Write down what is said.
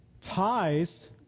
ties